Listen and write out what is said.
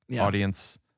Audience